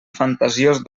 fantasiós